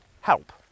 help